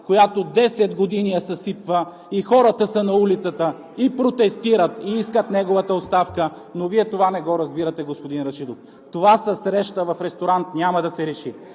която 10 години я съсипва, и хората са на улицата, и протестират, и искат неговата оставка. Но Вие това не го разбирате, господин Рашидов. Това със среща в ресторант няма да се реши,